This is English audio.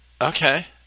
Okay